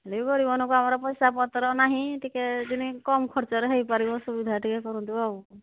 ଏଇ ଗରିବ ଲୋକ ଆମର ପଇସା ପତ୍ର ନାହିଁ ଟିକେ ଯେମତି କମ୍ ଖର୍ଚ୍ଚରେ ହୋଇପାରିବ ସୁବିଧା ଟିକେ କରନ୍ତୁ ଆଉ